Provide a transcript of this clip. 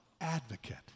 advocate